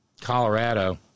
Colorado